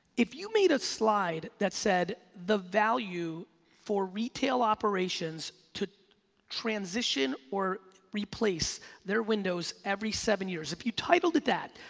if you made a slide that said the value for retail operations to transition or replace their windows every seven years, if you titled it that,